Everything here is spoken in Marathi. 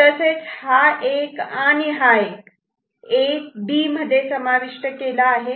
तसेच हा 1 आणि हा 1 A B मध्ये समाविष्ट केला आहे